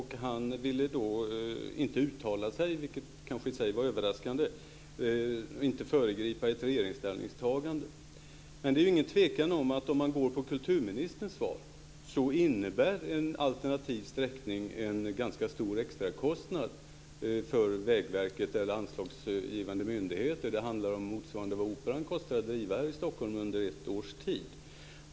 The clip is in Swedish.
Han ville då inte uttala sig, vilket kanske i sig var överraskande, och inte föregripa ett regeringsställningstagande. Det råder inget tvivel om att om man går på kulturministerns svar innebär en alternativ sträckning en ganska stor extrakostnad för Vägverket eller anslagsgivande myndigheter. Det handlar om motsvarande vad Operan kostar att driva i Stockholm under ett års tid.